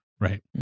right